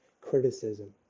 criticism